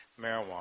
marijuana